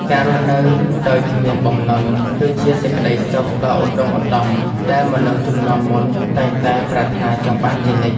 ការរស់នៅដោយគ្មានបំណុល គឺជាសេចក្ដីសុខដ៏ឧត្តុង្គឧត្តមដែលមនុស្សជំនាន់មុនតែងតែប្រាថ្នាចង់បានជានិច្ច។